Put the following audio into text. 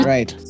Right